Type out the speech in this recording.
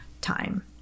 time